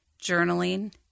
Journaling